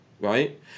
right